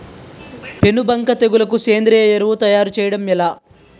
పేను బంక తెగులుకు సేంద్రీయ ఎరువు తయారు చేయడం ఎలా?